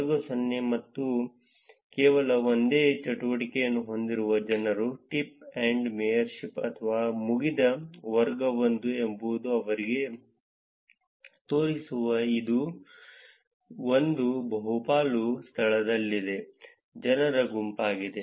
ವರ್ಗ 0 ಅಥವಾ ಕೇವಲ ಒಂದೇ ಚಟುವಟಿಕೆಯನ್ನು ಹೊಂದಿರುವ ಜನರು ಟಿಪ್ ಅಥವಾ ಮೇಯರ್ಶಿಪ್ ಅಥವಾ ಮುಗಿದ ವರ್ಗ 1 ಎಂಬುದು ಅವರಿಗೆ ತೋರಿಸುವ ಈ ಒಂದು ಬಹುಪಾಲು ಸ್ಥಳದಲ್ಲಿದ್ದ ಜನರ ಗುಂಪಾಗಿದೆ